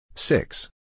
Six